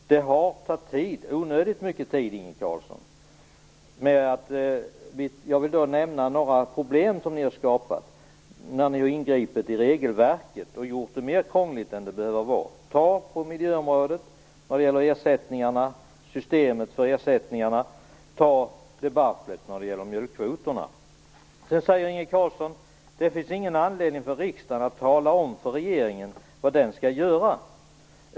Det har tagit onödigt lång tid, Inge Carlsson. Jag vill nämna några problem som ni har skapat när ni har ingripit i regelverket och gjort det mer krångligt än vad det behöver vara. Ta exemplet på miljöområdet vad gäller systemet för ersättningarna och debaclet när det gäller mjölkkvoterna. Sedan säger Inge Carlsson att det inte finns någon anledning för riksdagen att tala om för regeringen vad den skall göra.